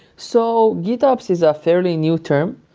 so gitops is a fairly new term.